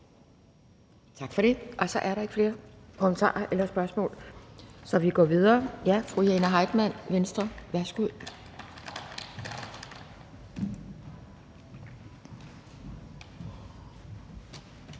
Tak for det. Så er der ikke flere kommentarer eller spørgsmål. Så vi går videre til fru Jane Heitmann, Venstre. Værsgo.